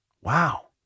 Wow